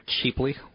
cheaply